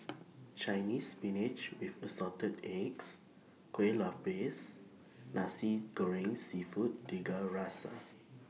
Chinese Spinach with Assorted Eggs Kueh Lopes Nasi Goreng Seafood Tiga Rasa